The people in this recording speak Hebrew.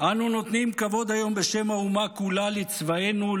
"אנו נותנים כבוד היום בשם האומה כולה לצבאנו,